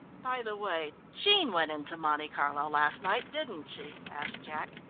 by the way, jean went into monte carlo last night, didn't she? asked jack.